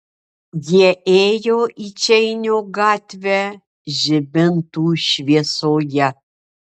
jie ėjo į čeinio gatvę žibintų šviesoje